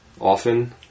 often